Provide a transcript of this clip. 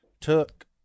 took